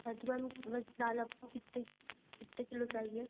हाँ तो मैम वैसे दाल आपको कितने कितने किलो चाहिए